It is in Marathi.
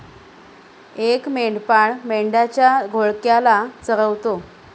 एक मेंढपाळ मेंढ्यांच्या घोळक्याला चरवतो